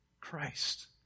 Christ